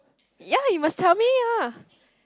ya you must tell me ah